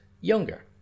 younger